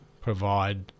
provide